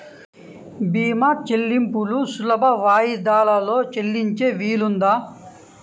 భీమా చెల్లింపులు సులభ వాయిదాలలో చెల్లించే వీలుందా?